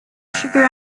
sugar